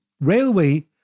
railway